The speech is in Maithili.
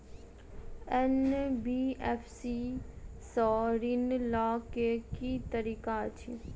एन.बी.एफ.सी सँ ऋण लय केँ की तरीका अछि?